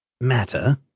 matter